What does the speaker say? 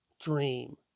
dream